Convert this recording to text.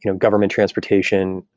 you know government transportation,